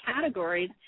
categories